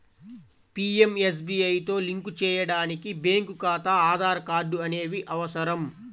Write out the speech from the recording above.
పీయంఎస్బీఐతో లింక్ చేయడానికి బ్యేంకు ఖాతా, ఆధార్ కార్డ్ అనేవి అవసరం